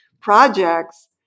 projects